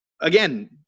again